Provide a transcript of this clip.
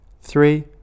three